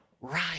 right